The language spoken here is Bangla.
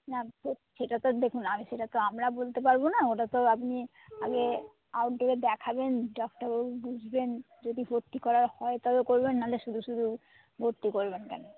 না তো সেটা তো আর দেখুন আমি সেটা তো আমরা বলতে পারবো না ওটা তো আপনি আগে আউটডোরে দেখাবেন ডক্টরবাবু বুঝবেন যদি ভর্তি করার হয় তবে করবেন না হলে শুধু শুধু ভর্তি করবেন কেন